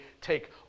take